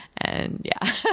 and yeah.